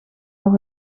nog